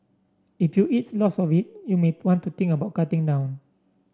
if you eats lots of it you may want to think about cutting down